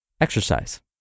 Exercise